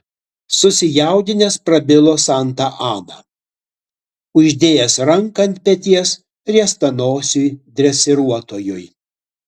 susijaudinęs prabilo santa ana uždėjęs ranką ant peties riestanosiui dresiruotojui